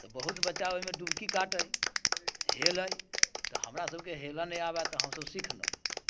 तऽ बहुत बच्चा ओहिमे डुबकी काटै हेलै तऽ हमरा सभके हेलऽ नहि आबै तऽ हमसभ सिखलहुँ